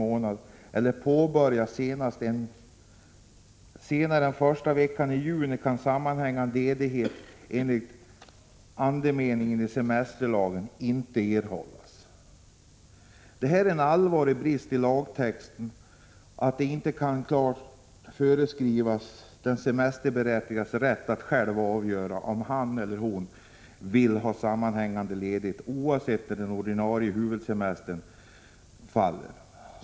Det är en allvarlig brist i lagtexten, att den inte klart ger den semesterberättigade rätt att själv avgöra om han eller hon vill ha sammanhängande ledighet oavsett när den ordinarie semestern — huvudsemestern — infaller.